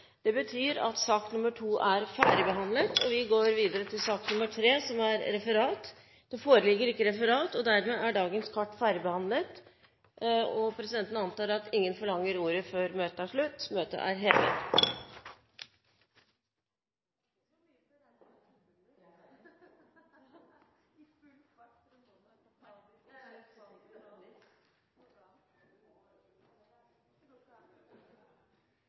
Det betyr at sak nr. 2 er ferdigbehandlet. Det foreligger ikke referat. Dermed er dagens kart ferdigbehandlet. Forlanger noen ordet før møtet heves? – Møtet er hevet.